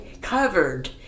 covered